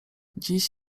dziś